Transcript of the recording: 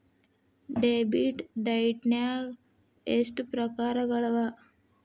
Debit ಡೈಟ್ನ್ಯಾಗ್ ಎಷ್ಟ್ ಪ್ರಕಾರಗಳವ?